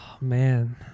man